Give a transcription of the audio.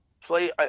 Play